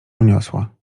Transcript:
uniosła